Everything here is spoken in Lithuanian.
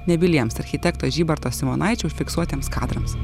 nebyliems architekto žybarto simonaičio užfiksuotiems kadrams